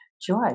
Joy